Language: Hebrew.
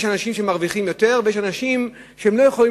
יש אנשים שמרוויחים יותר ויש אנשים שלא יכולים